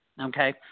okay